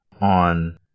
on